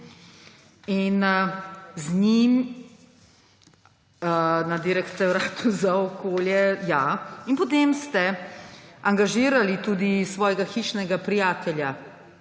…–, na Direktoratu za okolje. Potem ste angažirali tudi svojega hišnega prijatelja